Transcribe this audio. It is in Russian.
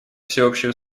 всеобщие